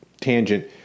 tangent